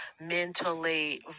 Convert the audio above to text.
mentally